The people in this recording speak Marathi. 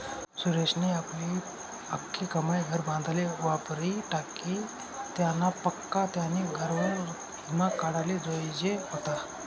सुरेशनी आपली आख्खी कमाई घर बांधाले वापरी टाकी, त्यानापक्सा त्यानी घरवर ईमा काढाले जोयजे व्हता